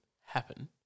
happen